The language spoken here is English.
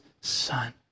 son